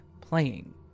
playing